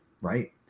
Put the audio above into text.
right